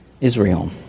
Israel